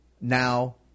now